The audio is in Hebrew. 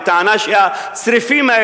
בטענה שהצריפים,